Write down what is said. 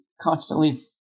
constantly